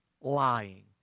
lying